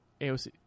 AOC